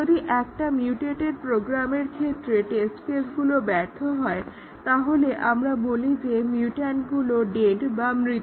যদি একটা মিউটেটেড প্রোগ্রামের ক্ষেত্রে টেস্ট কেসগুলো ব্যর্থ হয় তাহলে আমরা বলি যে মিউট্যান্টগুলো ডেড বা মৃত